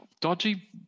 dodgy